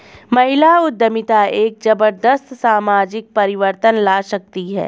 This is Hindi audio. महिला उद्यमिता एक जबरदस्त सामाजिक परिवर्तन ला सकती है